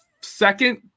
second –